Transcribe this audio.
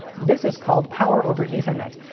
this is called power over ethernet,